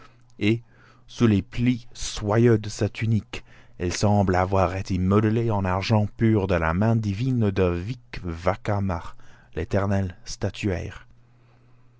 et sous les plis soyeux de sa tunique elle semble avoir été modelée en argent pur de la main divine de vicvacarma l'éternel statuaire